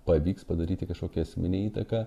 pavyks padaryti kažkokią esminę įtaką